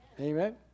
Amen